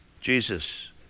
Jesus